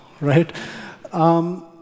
right